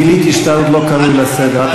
גיליתי שאתה עוד לא קרוי לסדר.